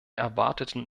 erwarteten